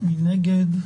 מי נגד?